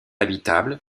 habitable